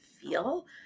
feel